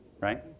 Right